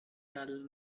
dull